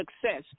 success